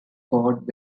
fort